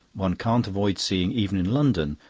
one can't avoid seeing, even in london,